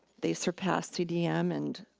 they surpassed cdm and